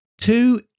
two